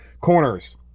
corners